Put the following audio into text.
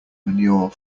manure